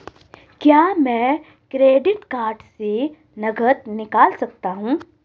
क्या मैं credit card से नकद निकाल सकता हूँ?